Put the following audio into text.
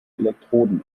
elektroden